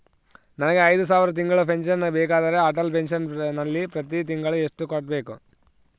ನನಗೆ ಐದು ಸಾವಿರ ತಿಂಗಳ ಪೆನ್ಶನ್ ಬೇಕಾದರೆ ಅಟಲ್ ಪೆನ್ಶನ್ ನಲ್ಲಿ ಪ್ರತಿ ತಿಂಗಳು ಎಷ್ಟು ಕಟ್ಟಬೇಕು?